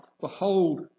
Behold